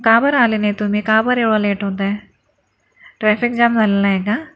का बरं आले नाही तुम्ही का बरे एवढ लेट होतंय ट्रॅफिक जाम झालेला आहे का